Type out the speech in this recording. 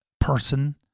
person